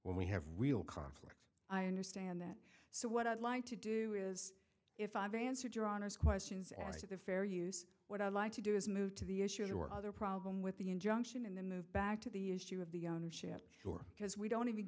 when we have real conflict i understand that so what i'd like to do is if i've answered your honour's questions as to the fair use what i'd like to do is move to the issues or other problem with the injunction and the move back to the issue of the ownership or because we don't even